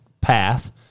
path